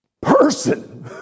person